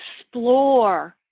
explore